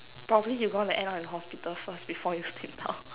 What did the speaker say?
probably you gonna end up in hospital first before you sit down